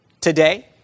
today